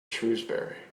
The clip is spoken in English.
shrewsbury